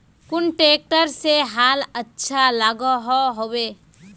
कुन ट्रैक्टर से हाल अच्छा लागोहो होबे?